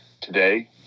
today